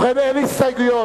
ובכן, אין הסתייגויות.